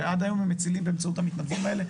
ועד היום הם מצילים באמצעות המתנדבים האלה.